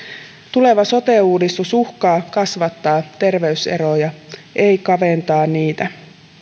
tuleva sote uudistus uhkaa kasvattaa terveyseroja se ei kavenna niitä